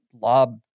lob